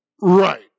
Right